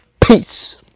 Peace